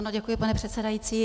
Ano, děkuji, pane předsedající.